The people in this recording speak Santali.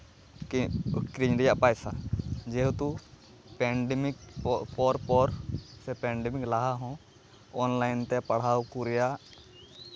ᱠᱤᱨᱤᱧ ᱨᱮᱭᱟᱜ ᱯᱚᱭᱥᱟ ᱡᱮᱦᱮᱛᱩ ᱯᱮᱱᱰᱟᱢᱤᱠ ᱯᱚᱨᱯᱚᱨ ᱥᱮ ᱯᱮᱱᱰᱟᱢᱤᱠ ᱞᱟᱦᱟ ᱦᱚᱸ ᱚᱱᱞᱟᱭᱤᱱ ᱛᱮ ᱯᱟᱲᱦᱟᱣ ᱠᱚ ᱨᱮᱭᱟᱜ